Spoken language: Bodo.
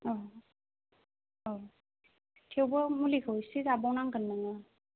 औ औ थेवबो मुलिखौ एसे जाबाव नांगोन नोङो